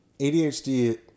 ADHD